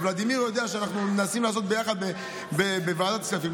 וולדימיר יודע שאנחנו מנסים לעשות ביחד בוועדת הכספים,